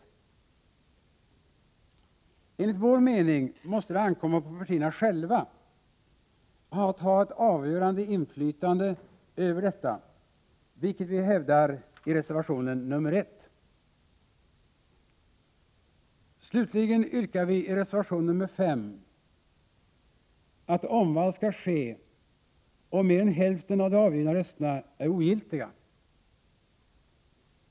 Enligt moderata samlingspartiets mening måste det ankomma på partierna själva att ha ett avgörande inflytande över detta, vilket vi tillsammans med folkpartiet hävdar i reservation nr 1. Slutligen yrkar moderater och folkpartister i reservation nr 5 att omval skall ske om mer än hälften av de avgivna rösterna är ogiltiga.